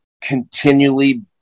continually